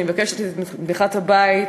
אני מבקשת את תמיכת הבית,